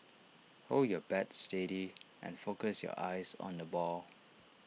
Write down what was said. hold your bat steady and focus your eyes on the ball